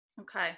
Okay